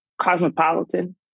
cosmopolitan